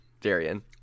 Darian